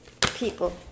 People